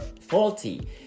faulty